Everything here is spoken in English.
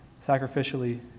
sacrificially